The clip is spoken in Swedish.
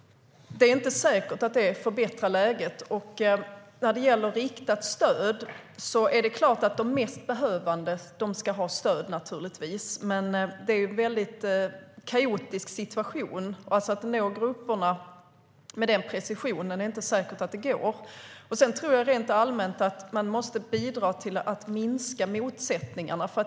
Det är inte säkert att det förbättrar läget. När det gäller riktat stöd är det klart att de mest behövande ska ha stöd, men det är en väldigt kaotisk situation. Det är inte säkert att det går att nå grupperna med den precisionen. Jag tror också rent allmänt att man måste bidra till att minska motsättningarna.